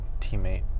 teammate